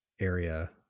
area